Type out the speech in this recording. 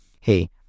Hey